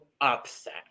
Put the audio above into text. upset